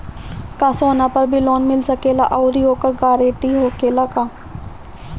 का सोना पर भी लोन मिल सकेला आउरी ओकर गारेंटी होखेला का?